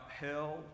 hell